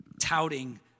touting